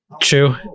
true